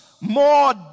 more